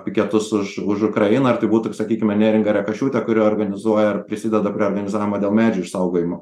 piketus už už ukrainą ar tai būtų sakykime neringa rekašiūtė kuri organizuoja ar prisideda prie organizavimo dėl medžių išsaugojimo